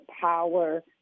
power